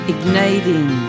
Igniting